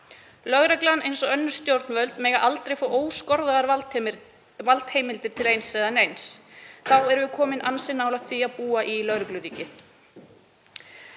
Lögreglan, eins og önnur stjórnvöld, má aldrei fá óskoraðar valdheimildir til eins eða neins. Þá erum við komin ansi nálægt því að búa í lögregluríki.